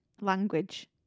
language